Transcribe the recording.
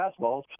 fastballs